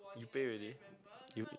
you pay already you